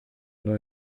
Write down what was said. neuen